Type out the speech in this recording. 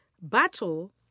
battle